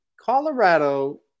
Colorado